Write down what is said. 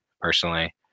personally